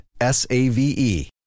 S-A-V-E